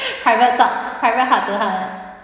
private talk private heart to heart ah